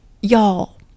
Y'all